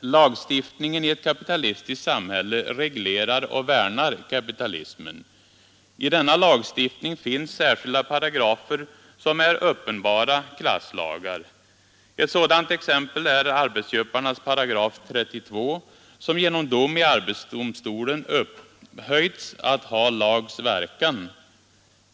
Lagstiftningen i ett kapitalistiskt samhälle reglerar och värnar kapitalismen. I denna lagstiftning finns särskilda paragrafer som är uppenbara klasslagar. En sådan är arbetsköparnas §32, som genom dom i arbetsdomstolen upphöjts till att ha lags verkan.